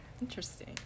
Interesting